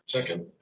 Second